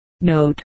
Note